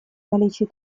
наличии